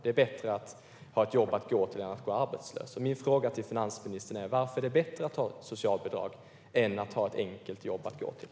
Det är bättre att ha ett jobb att gå till än att gå arbetslös. Min fråga till finansministern är: Varför är det bättre att ha ett socialbidrag än att ha ett enkelt jobb att gå till?